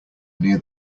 near